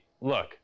look